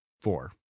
four